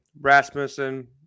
Rasmussen